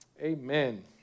Amen